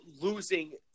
losing